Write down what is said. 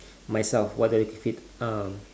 myself what do I keep fit um